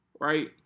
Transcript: right